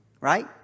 right